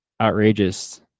outrageous